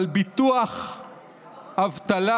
אבל ביטוח אבטלה,